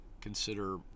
consider